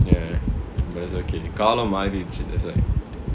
ya but it's okay காலம் மாறிருச்சு:kaalam maariruchu that's why